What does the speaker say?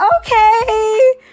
okay